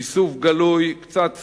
איסוף גלוי, קצת סוכנים,